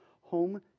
home